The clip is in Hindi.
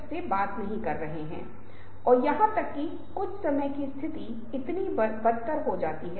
यदि आप इस छवि को देख रहे हैं तो आप पाते हैं कि यह एक चौकोर फ्रेम नहीं है बल्कि एक दायरे में है